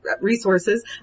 resources